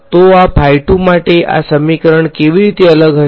તો આ માટે આ સમીકરણ કેવી રીતે અલગ હશે